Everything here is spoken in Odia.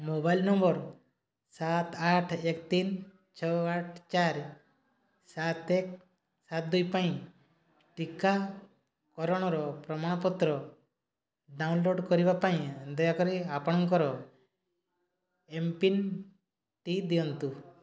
ମୋବାଇଲ୍ ନମ୍ବର ସାତ ଆଠ ଏକ ତିନି ଛଅ ଆଠ ଚାରି ସାତ ଏକ ସାତ ଦୁଇ ପାଇଁ ଟିକାକରଣର ପ୍ରମାଣପତ୍ର ଡ଼ାଉନଲୋଡ଼୍ କରିବା ପାଇଁ ଦୟାକରି ଆପଣଙ୍କର ଏମ୍ପିନ୍ଟି ଦିଅନ୍ତୁ